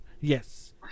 Yes